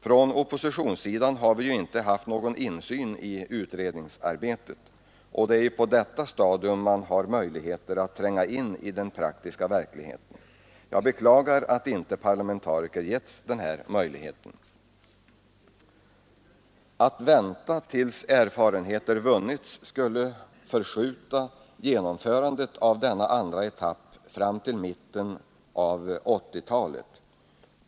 Från oppositionssidan har vi inte haft någon insyn i utredningsarbetet, och det är ju på det stadiet man har möjligheter att tränga in i den praktiska verkligheten. Jag beklagar att inte parlamentariker har givits denna möjlighet. Att vänta till dess erfarenheter vunnits skulle förskjuta genomförandet av denna andra etapp fram till mitten av 1980-talet.